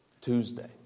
Tuesday